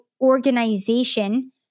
organization